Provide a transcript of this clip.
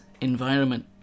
environment